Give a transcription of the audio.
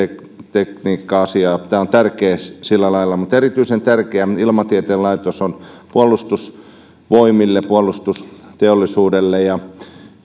tekniikka asioissa tämä on tärkeä sillä lailla mutta erityisen tärkeä ilmatieteen laitos on puolustusvoimille puolustusteollisuudelle